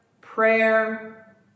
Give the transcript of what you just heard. prayer